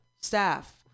staff